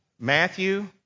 Matthew